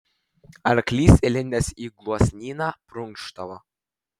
arklys įlindęs į gluosnyną prunkštavo